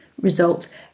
result